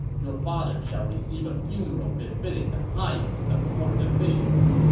your father shall receive a funeral befitting the highest of court officials.